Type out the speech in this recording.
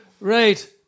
Right